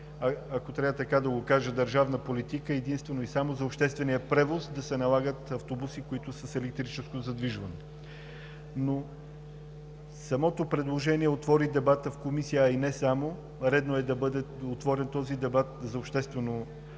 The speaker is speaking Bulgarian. ако трябва така да го кажа, държавна политика единствено и само за обществения превоз – да се налагат автобуси, които са с електрическо задвижване. Но самото предложение отвори дебата в Комисията, а и не само. Редно е този дебат да бъде отворен за обществено